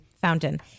fountain